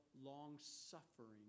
long-suffering